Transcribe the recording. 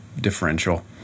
differential